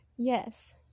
Yes